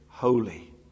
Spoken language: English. Holy